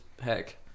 heck